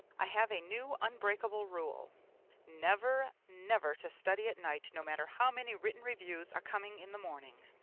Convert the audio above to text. i have a new unbreakable rule never, never to study at night no matter how many written reviews are coming in the morning.